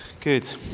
Good